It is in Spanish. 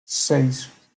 seis